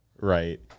right